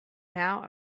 now